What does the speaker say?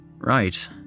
Right